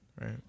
right